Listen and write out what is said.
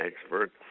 expert